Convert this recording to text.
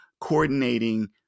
coordinating